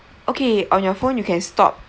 okay on your phone you can stop